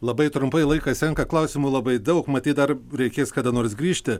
labai trumpai laikas senka klausimų labai daug matyt dar reikės kada nors grįžti